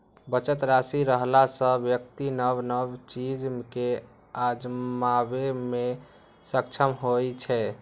बचत राशि रहला सं व्यक्ति नव नव चीज कें आजमाबै मे सक्षम होइ छै